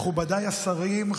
מכובדיי השרים,